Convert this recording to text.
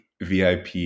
VIP